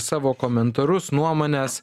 savo komentarus nuomones